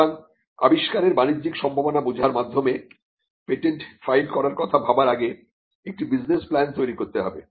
সুতরাং আবিষ্কারের বাণিজ্যিক সম্ভাবনা বোঝার মাধ্যমে পেটেন্ট ফাইল করার কথা ভাবার আগে একটি বিজনেস প্ল্যান তৈরি করতে হবে